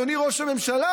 אדוני ראש הממשלה,